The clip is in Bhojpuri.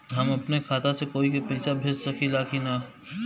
हम अपने खाता से कोई के पैसा भेज सकी ला की ना?